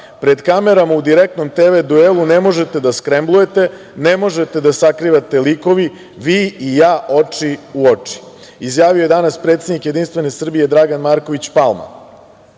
Pred kamerama u direktnom TV duelu ne možete da skremblujete, ne možete da sakrivate likove, vi i ja oči u oči“. Izjavio je danas predsednik JS, Dragan Marković